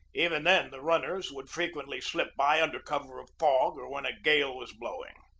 even then the runners would frequently slip by under cover of fog or when a gale was blow ing.